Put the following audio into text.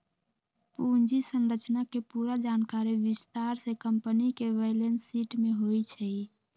पूंजी संरचना के पूरा जानकारी विस्तार से कम्पनी के बैलेंस शीट में होई छई